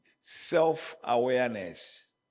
self-awareness